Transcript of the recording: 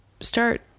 start